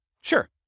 Sure